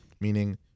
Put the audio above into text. Meaning